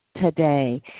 today